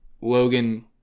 Logan